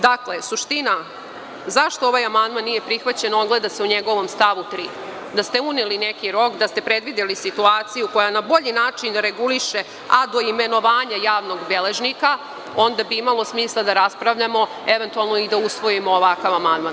Dakle, suština zašto ovaj amandman nije prihvaćen ogleda se u njegovom stavu 3. Da ste uneli neki rok, da ste predvideli situaciju koja na bolji način reguliše, a do imenovanja javnog beležnika, onda bi imalo smisla da raspravljamo i eventualno da usvojimo ovakav amandman.